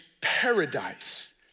paradise